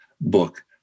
book